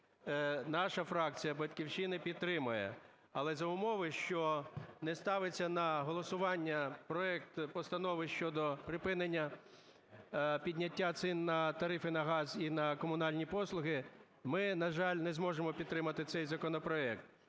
наша фракція "Батьківщина" підтримає. Але за умови, що не ставиться на голосування проект Постанови щодо припинення… підняття цін на тарифи на газ і на комунальні послуги, ми, на жаль, не зможемо підтримати цей законопроект.